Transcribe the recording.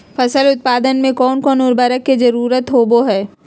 फसल उत्पादन में कोन कोन उर्वरक के जरुरत होवय हैय?